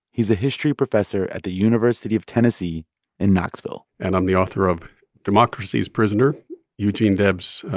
he's a history professor at the university of tennessee in knoxville and i'm the author of democracy's prisoner eugene debs,